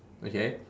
okay